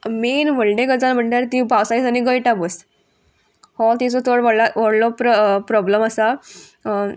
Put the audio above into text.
main व्हडली गजाल म्हणल्यार ती पावसा आनी गळटा बस हो तिजो चड व्हड व्हडलो प्र प्रोब्लम आसा